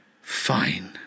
Fine